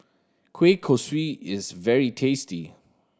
kueh kosui is very tasty